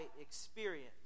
experience